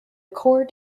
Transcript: court